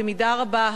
במידה רבה,